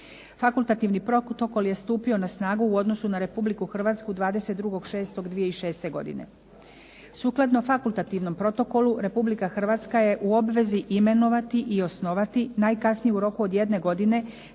Fakultativni protokol je stupio na snagu u odnosu na Republiku Hrvatsku 22.6.2006. godine. Sukladno fakultativnom protokolu, Republika Hrvatska je u obvezi imenovati i osnovati najkasnije u roku od jedne godine,